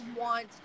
want